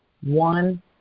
one